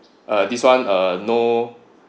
uh this one uh no